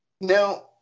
Now